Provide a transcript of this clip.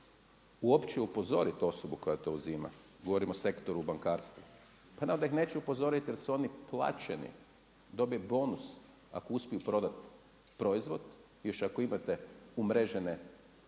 uopće upozorit osobu koja to uzima. Govorim o sektoru u bankarstvu. Pa naravno da ih neće upozorit jer su oni plaćeni, dobe bonus ako uspiju prodat proizvod. Još ako imate umrežene